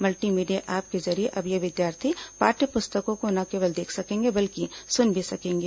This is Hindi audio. मल्टी मीडिया ऐप के जरिये अब ये विद्यार्थी पाठ्य पुस्तकों को न केवल देख सकेंगे बल्कि सुन भी सकेंगे